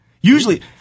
Usually